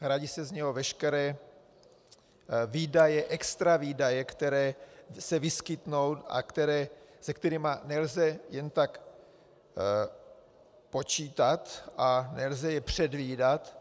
Hradí se z něho veškeré výdaje, extra výdaje, které se vyskytnou a se kterými nelze jen tak počítat a nelze je předvídat.